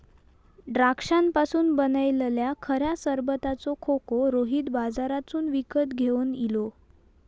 द्राक्षांपासून बनयलल्या खऱ्या सरबताचो खोको रोहित बाजारातसून विकत घेवन इलो